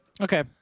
Okay